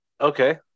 Okay